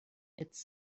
its